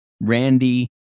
Randy